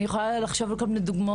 ואני יכולה לחשוב על כל מיני דוגמאות.